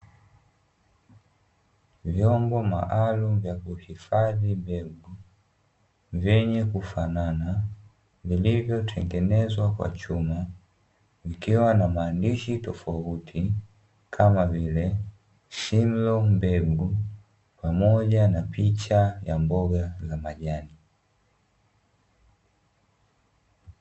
Vyombo maalumu vya kuhifadhi mbegu vyenye kufanana vilivyotengenezwa kwa chuma, ikiwa na maandishi tofauti kama vile 'simlaw' mbegu; pamoja na picha ya mboga za majani.